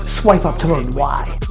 swipe up to learn why.